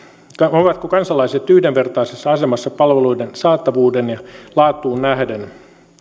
ovatko kansalaiset yhdenvertaisessa asemassa palveluiden saatavuuteen ja laatuun nähden